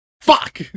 Fuck